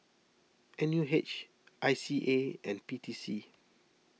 N U H I C A and P T C